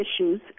issues